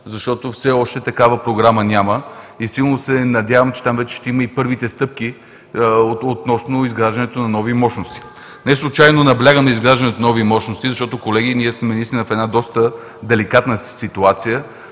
защото все още такава програма няма. Силно се надявам, че там вече ще има и първите стъпки относно изграждането на нови мощности. Неслучайно наблягам на изграждането на нови мощности, защото, колеги, ние сме в доста деликатна ситуация